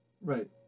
Right